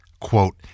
quote